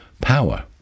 power